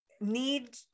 need